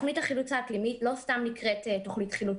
תוכנית החילוץ האקלימית לא סתם נקראת תוכנית חילוץ.